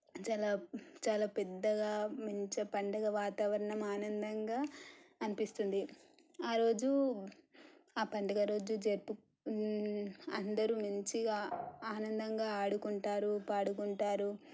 చాలా చాలా పెద్దగా మంచిగా పండుగ వాతావరణం ఆనందంగా అనిపిస్తుంది ఆ రోజు ఆ పండుగ రోజు జరుపుకో అందరూ మంచిగా ఆనందంగా ఆడుకుంటారు పాడుకుంటారు